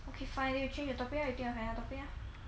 okay fine then you change the topic lah you think of another topic lah